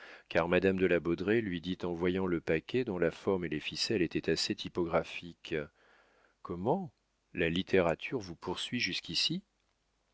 car madame de la baudraye lui dit en voyant le paquet dont la forme et les ficelles étaient assez typographiques comment la littérature vous poursuit jusqu'ici